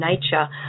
nature